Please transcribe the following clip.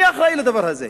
מי אחראי לדבר הזה?